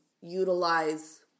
utilize